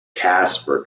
caspar